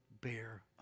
bear